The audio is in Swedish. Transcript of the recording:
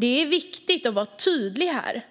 Det är viktigt att vara tydlig här,